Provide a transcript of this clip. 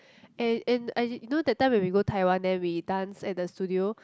and and I you know that time when we go Taiwan then we dance at the studio